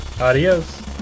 Adios